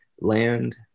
land